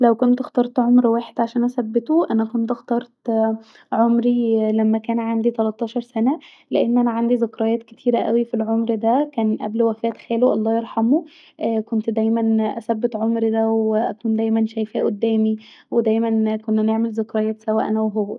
لو كنت اخترت عمر واحد عشان أثبته انا منا اخترت عمري لما كان عندي تلتاشر سنه لأن انا عندي ذكريات كتيره اوي في العمر ده كان قبل وفاه خالي الله يرحمه كنت دائما اثبت عمري ده وكنت دايما ابقي شيفاه قدامي ودايما كنا نعمل ذكريات سوا انا وهو